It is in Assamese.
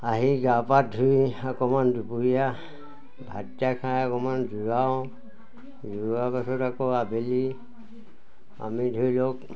আহি গা পা ধুই অকণমান দুপৰীয়া ভাতকেইটা খাই অকণমান জিৰাওঁ জিৰোৱা পাছত আকৌ আবেলি আমি ধৰি লওক